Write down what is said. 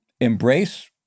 embrace